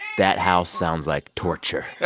that house sounds like torture